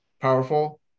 powerful